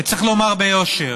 וצריך לומר ביושר: